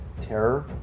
terror